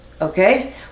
Okay